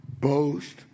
boast